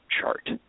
Chart